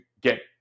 get